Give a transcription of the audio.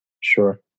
Sure